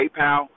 PayPal